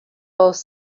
both